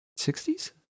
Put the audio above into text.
60s